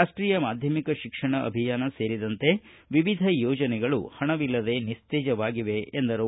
ರಾಷ್ಷೀಯ ಮಾಧ್ವಮಿಕ ಶಿಕ್ಷಣ ಅಭಿಯಾನ ಸೇರಿದಂತೆ ವಿವಿಧ ಯೋಜನೆಗಳು ಹಣವಿಲ್ಲದೆ ನಿಸ್ತೇಜವಾಗಿವೆ ಎಂದರು